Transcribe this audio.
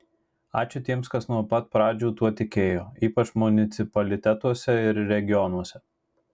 ačiū tiems kas nuo pat pradžių tuo tikėjo ypač municipalitetuose ir regionuose